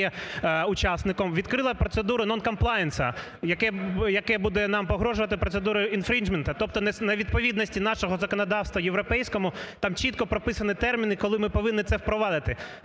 учасником, відкрило процедуру non-compliance, яке буде нам погрожувати процедурою infringement, тобто не відповідності нашого законодавства європейському, там чітко прописані терміни коли ми повинні це впровадити.